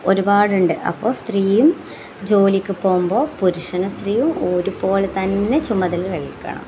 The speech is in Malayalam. ഒരുപാടുണ്ട് അപ്പോൾ സ്ത്രീയും ജോലിക്ക് പോകുമ്പോൾ പുരുഷനും സ്ത്രീയും ഒരുപോലെ തന്നെ ചുമതല ഏൽക്കണം